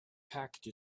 package